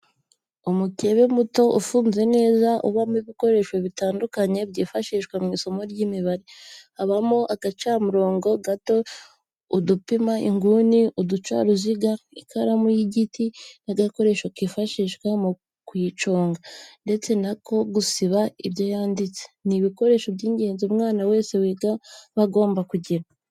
Umukebe muto ufunze neza ubamo ibikoresho bitandukanye byifashishwa mu isomo ry'imibare, habamo agacamurongo gato, udupima inguni, uducaruziga, ikaramu y'igiti n'agakoresho kifashishwa mu kuyiconga ndetse n'ako gusiba ibyo yanditse, ni ibikoresho by'ingenzi umwana wese wiga aba agomba kugira.